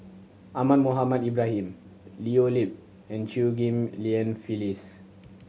Ahmad Mohamed Ibrahim Leo Yip and Chew Ghim Lian Phyllis